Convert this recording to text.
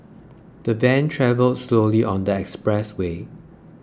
the van travelled slowly on the express way